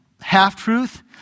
half-truth